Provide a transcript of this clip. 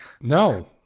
No